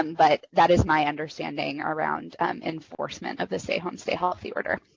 um but that is my understanding around enforcement of the stay home, stay healthy order.